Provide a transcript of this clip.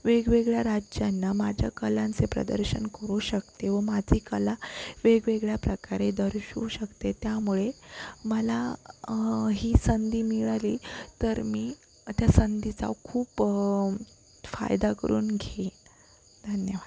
वेगवेगळ्या राज्यांना माझ्या कलांचे प्रदर्शन करू शकते व माझी कला वेगवेगळ्या प्रकारे दर्शवू शकते त्यामुळे मला ही संधी मिळाली तर मी त्या संधीचा खूप फायदा करून घेईन धन्यवाद